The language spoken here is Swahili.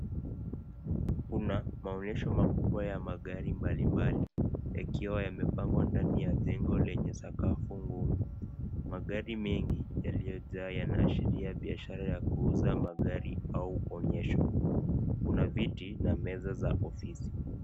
Kuna maonyesho makubwa ya magari mbali mbali ikiwa imepangwa ndani ya jengo lenye sakafu ngumu. Magari mengi yaliyojaa yanaashiria biashara ya kuuza magari au onyesho, kuna viti na meza za ofisi.